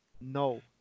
No